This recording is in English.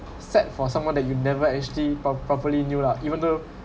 sad for someone that you never actually pro~ properly knew lah even though